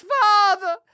father